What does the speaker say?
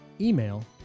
email